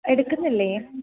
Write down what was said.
എടുക്കുന്നില്ലേ